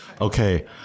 Okay